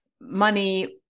money